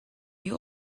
you